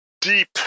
deep